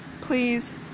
please